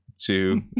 two